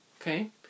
Okay